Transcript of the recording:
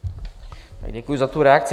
Děkuji za tu reakci.